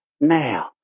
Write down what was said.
Now